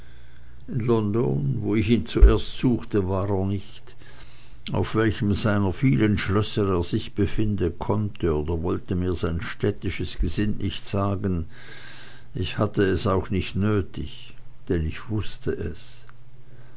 wo ich ihn zuerst suchte war er nicht auf welchem seiner vielen schlösser er sich befinde konnte oder wollte mir sein städtisches gesind nicht sagen ich hatte es auch nicht nötig denn ich wußte es